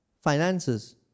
finances